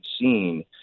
seen